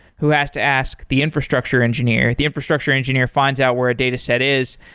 who has to ask the infrastructure engineer. the infrastructure engineer finds out where a dataset is.